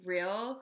Real